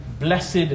Blessed